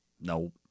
Nope